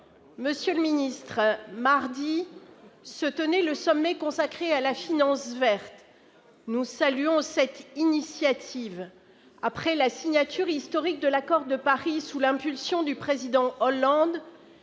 Monsieur le ministre d'État, mardi dernier, se tenait le sommet consacré à la finance verte. Nous saluons cette initiative. Après la signature historique de l'accord de Paris sur le climat sous l'impulsion du président Hollande,